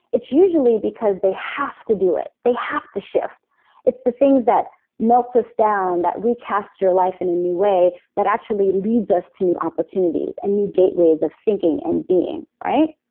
it's usually because they have to do it, they have to shift it's the things that melts us down, that recasts your life in a new way, that actually leads us to new opportunities and new gateways of thinking and being. right?